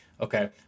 Okay